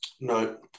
No